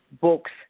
books